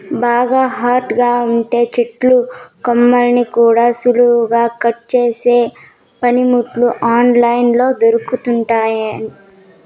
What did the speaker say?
బాగా హార్డ్ గా ఉండే చెట్టు కొమ్మల్ని కూడా సులువుగా కట్ చేసే పనిముట్లు ఆన్ లైన్ లో దొరుకుతున్నయ్యి